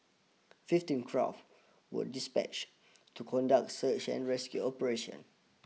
fifteen craft were dispatched to conduct search and rescue operations